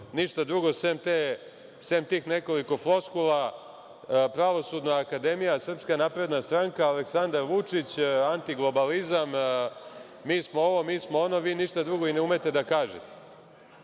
ništa drugo sem tih nekoliko floskula - Pravosudna akademija, SNS, Aleksandar Vučić, antiglobalizam, mi smo ovo, mi smo ono, vi ništa drugo i ne umete da kažete. Na